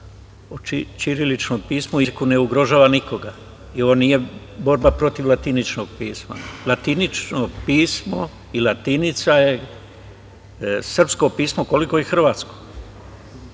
o ćiriličnom pismu i jeziku ne ugrožava nikoga i ovo nije borba protiv latiničnog pisma. Latinično pismo i latinica su srpsko pismo koliko i hrvatsko.